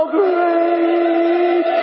great